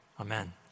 Amen